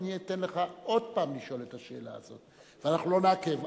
אני אתן לך עוד פעם לשאול את השאלה הזאת ואנחנו לא נעכב.